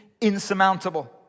insurmountable